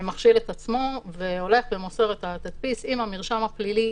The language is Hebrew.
מכשיל את עצמו והולך ומוסר את התדפיס עם המרשם הפלילי,